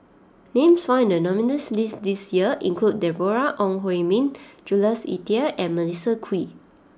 names found in the nominees' list this year include Deborah Ong Hui Min Jules Itier and Melissa Kwee